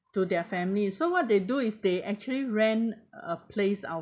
to their family so what they do is they actually rent a place out~